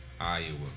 Iowa